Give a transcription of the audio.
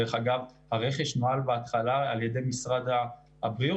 דרך אגב, הרכש נוהל בהתחלה על ידי משרד הבריאות.